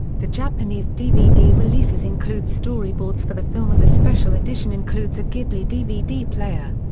the japanese dvd releases includes storyboards for the film and the special edition includes a ghibli dvd player.